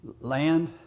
land